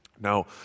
Now